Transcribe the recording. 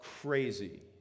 crazy